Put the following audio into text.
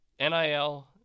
NIL